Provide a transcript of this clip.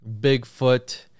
Bigfoot